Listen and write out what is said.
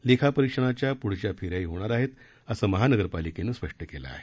लेखापरीक्षणाच्या प्ढच्या फेऱ्याही होणार आहेत असं महानगरपालिकेनं स्पष्ट केलं आहे